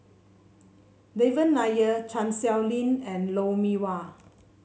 Devan Nair Chan Sow Lin and Lou Mee Wah